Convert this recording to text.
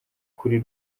kuri